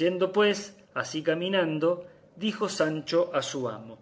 yendo pues así caminando dijo sancho a su amo